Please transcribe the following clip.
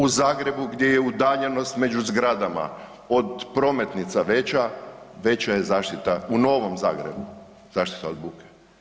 U Zagrebu gdje je udaljenost među zgradama od prometnica veća, veća je zaštita u Novom Zagrebu, zaštita od buke.